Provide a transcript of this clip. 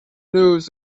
news